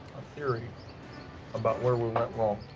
theory about where we went wrong,